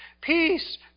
Peace